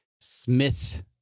Smith